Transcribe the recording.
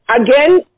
Again